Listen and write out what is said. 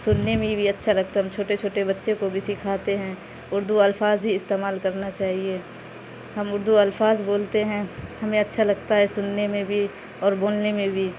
سننے میں بھی اچھا لگتا ہے ہم چھوٹے چھوٹے بچے کو بھی سکھاتے ہیں اردو الفاظ ہی استعمال کرنا چاہیے ہم اردو الفاظ بولتے ہیں ہمیں اچھا لگتا ہے سننے میں بھی اور بولنے میں بھی